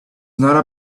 not